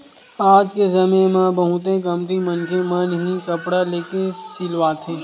आज के समे म बहुते कमती मनखे मन ही कपड़ा लेके सिलवाथे